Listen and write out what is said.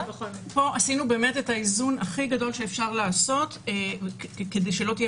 פה עשינו את האיזון הכי גדול שאפשר לעשות כדי שלא תהיה